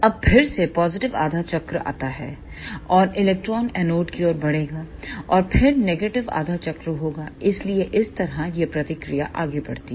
अब फिर से पॉजिटिव आधा चक्र आता है और इलेक्ट्रॉन एनोड की ओर बढ़ेगा और फिर नेगेटिव आधा चक्र होगा इसलिए इस तरह यह प्रक्रिया आगे बढ़ती है